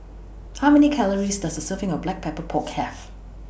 How Many Calories Does A Serving of Black Pepper Pork Have